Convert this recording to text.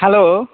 hello